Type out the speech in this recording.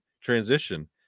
transition